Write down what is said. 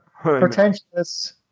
pretentious